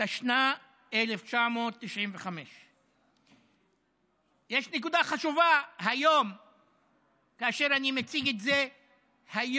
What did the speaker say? התשנ"ה 1995. יש נקודה חשובה כאשר אני מציג את זה היום,